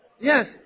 yes